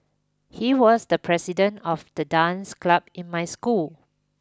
he was the president of the dance club in my school